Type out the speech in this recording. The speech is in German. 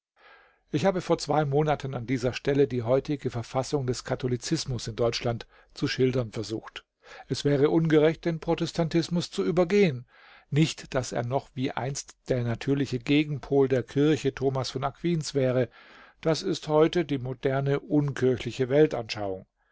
ich habe vor zwei monaten an dieser stelle die heutige verfassung des katholizismus in deutschland zu schildern versucht es wäre ungerecht den protestantismus zu übergehen nicht daß er noch wie einst der natürliche gegenpol der kirche thomas von aquins wäre das ist heute die moderne unkirchliche weltanschauung